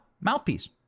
mouthpiece